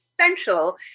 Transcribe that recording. essential